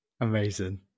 amazing